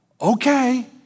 Okay